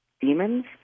demons